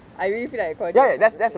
I really feel like quality of life will change